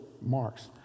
marks